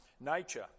nature